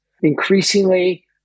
Increasingly